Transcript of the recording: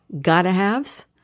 gotta-haves